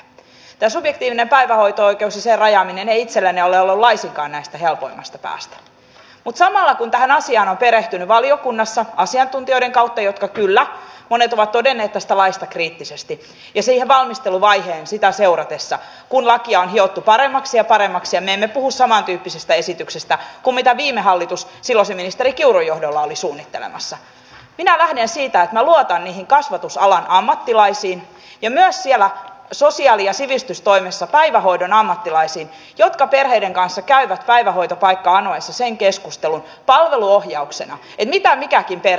tämä subjektiivinen päivähoito oikeus ja sen rajaaminen ei itselleni ole ollut laisinkaan tästä helpoimmasta päästä mutta samalla kun tähän asiaan on perehtynyt valiokunnassa asiantuntijoiden kautta jotka kyllä monet ovat todenneet tästä laista kriittisesti ja sitä valmisteluvaihetta seurannut kun lakia on hiottu paremmaksi ja paremmaksi ja me emme puhu samantyyppisestä esityksestä kuin mitä viime hallitus silloisen ministeri kiurun johdolla oli suunnittelemassa niin minä lähden siitä että minä luotan niihin kasvatusalan ammattilaisiin ja myös siellä sosiaali ja sivistystoimessa päivähoidon ammattilaisiin jotka perheiden kanssa käyvät päivähoitopaikkaa anottaessa palveluohjauksena keskustelun siitä mitä mikäkin perhe tarvitsee